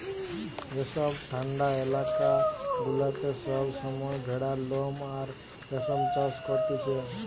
যেসব ঠান্ডা এলাকা গুলাতে সব সময় ভেড়ার লোম আর রেশম চাষ করতিছে